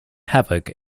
havoc